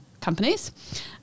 companies